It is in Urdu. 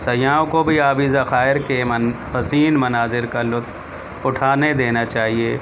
سیاحوں کو بھی آبی ذخائر کے من حسین مناظر کا لطف اٹھانے دینا چاہیے